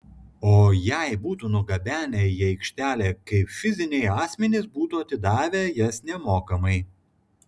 o jei būtų nugabenę į aikštelę kaip fiziniai asmenys būtų atidavę jas nemokamai